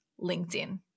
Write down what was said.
LinkedIn